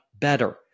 better